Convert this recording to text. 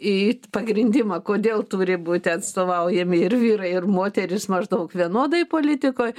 į pagrindimą kodėl turi būti atstovaujami ir vyrai ir moterys maždaug vienodai politikoj